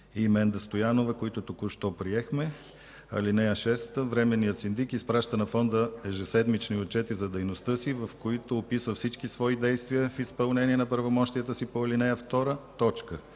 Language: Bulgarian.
Менда Стоянова, които току-що приехме: „(6) Временният синдик изпраща на фонда ежеседмични отчети за дейността си, в които описва всички свои действия в изпълнение на правомощията си по ал. 2.